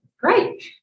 Great